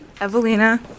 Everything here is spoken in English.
Evelina